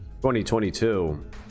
2022